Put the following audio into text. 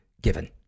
given